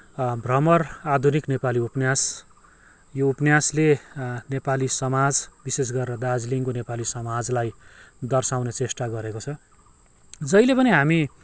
भ्रमर आधुनिक नेपाली उपन्यास यो उपन्यासले नेपाली समाज विशेष गरेर दार्जिलिङको नेपाली समाजलाई दर्साउने चेष्टा गरेको छ जहिले पनि हामी